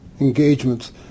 engagements